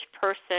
person